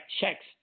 checks